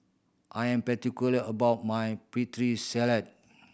I am particular about my Putri Salad